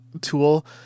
tool